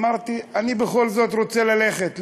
אמרתי: אני בכל זאת רוצה ללכת,